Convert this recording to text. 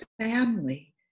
family